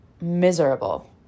miserable